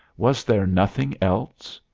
was there nothing else?